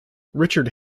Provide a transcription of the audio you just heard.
richard